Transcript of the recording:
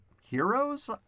heroes